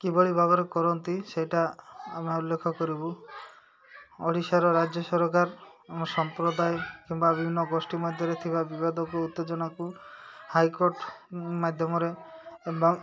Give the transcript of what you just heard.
କିଭଳି ଭାବରେ କରନ୍ତି ସେଇଟା ଆମେ ଉଲ୍ଲେଖ କରିବୁ ଓଡ଼ିଶାର ରାଜ୍ୟ ସରକାର ଆମ ସମ୍ପ୍ରଦାୟ କିମ୍ବା ବିଭିନ୍ନ ଗୋଷ୍ଠୀ ମଧ୍ୟରେ ଥିବା ବିବାଦକୁ ଉତ୍ତେଜନାକୁ ହାଇ କୋର୍ଟ ମାଧ୍ୟମରେ ଏବଂ